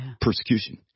persecution